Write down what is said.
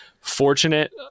fortunate